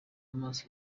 amaso